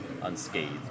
unscathed